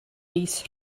mis